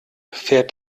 fährt